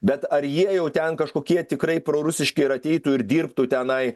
bet ar jie jau ten kažkokie tikrai prorusiški ir ateitų ir dirbtų tenai